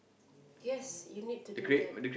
yes you need to do that